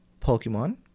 Pokemon